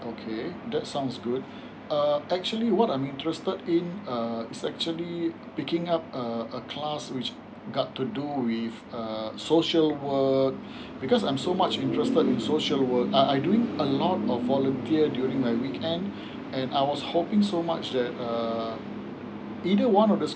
okay that sounds good uh actually what I'm interested in uh is actually picking up a a class which got to do with uh social work because I'm so much interested in social world I I doing a lot of volunteer during weekend and I was hoping so much that um either one of the